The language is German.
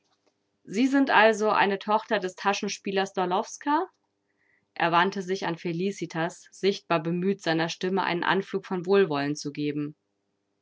sie sind also eine tochter des taschenspielers d'orlowska wandte er sich an felicitas sichtbar bemüht seiner stimme einen anflug von wohlwollen zu geben